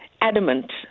adamant